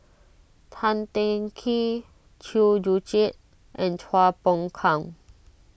Tan Teng Kee Chew Joo Chiat and Chua Phung Kang